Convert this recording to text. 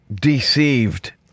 deceived